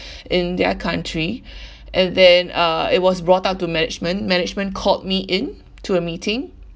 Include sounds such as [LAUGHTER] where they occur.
[BREATH] in their country [BREATH] and then uh it was brought out to management management called me in to a meeting